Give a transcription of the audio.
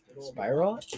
Spiral